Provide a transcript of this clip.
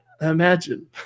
imagine